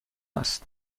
است